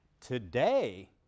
today